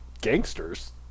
gangsters